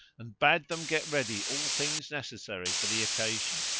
and bade them get ready all things necessary for the occasion.